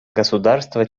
государства